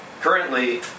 currently